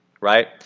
right